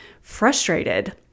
frustrated